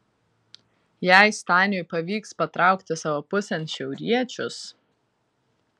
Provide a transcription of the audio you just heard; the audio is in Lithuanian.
jei staniui pavyks patraukti savo pusėn šiauriečius